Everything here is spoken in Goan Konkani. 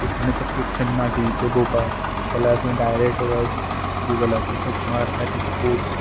तसलें सबस्क्रिप्शन ना टिवीचे पोवपा जाल्यार तूं डायरेक्ट वच गुगलाचेर सर्च मार एपिक्स स्पोर्ट्स